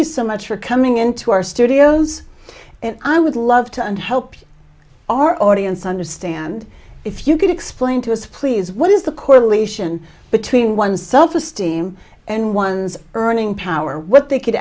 you so much for coming into our studios and i would love to and help our audience understand if you could explain to us please what is the correlation between one's self esteem and one's earning power what they could